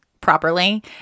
properly